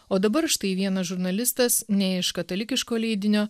o dabar štai vienas žurnalistas ne iš katalikiško leidinio